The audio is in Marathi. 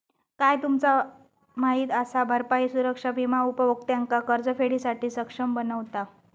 काय तुमचा माहित असा? भरपाई सुरक्षा विमा उपभोक्त्यांका कर्जफेडीसाठी सक्षम बनवता